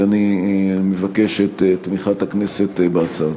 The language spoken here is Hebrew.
אני מבקש את תמיכת הכנסת בהצעה.